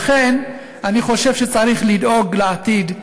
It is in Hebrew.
לכן אני חושב שצריך לדאוג לעתיד.